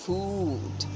Food